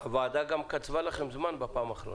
הוועדה גם קצבה לכם זמן בפעם האחרונה.